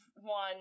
one